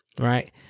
right